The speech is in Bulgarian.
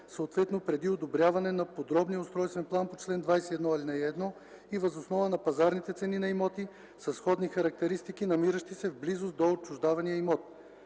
съответно преди одобряването на подробния устройствен план по чл. 21, ал. 1 и въз основа на пазарните цени на имоти със сходни характеристики, намиращи се в близост до отчуждавания имот.”